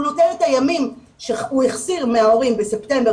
הוא מחזיר את הימים שהוא החסיר מההורים בספטמבר,